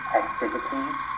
activities